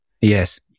Yes